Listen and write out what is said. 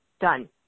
Done